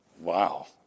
Wow